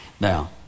Now